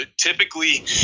typically